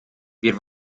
wir